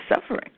suffering